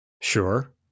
Sure